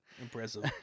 Impressive